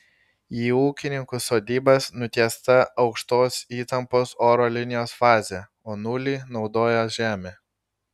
į ūkininkų sodybas nutiesta aukštos įtampos oro linijos fazė o nulį naudoja žemę